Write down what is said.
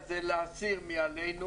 להציל מעלינו